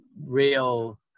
real